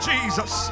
Jesus